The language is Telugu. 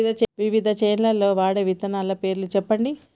వివిధ చేలల్ల వాడే విత్తనాల పేర్లు చెప్పండి?